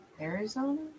Arizona